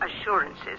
assurances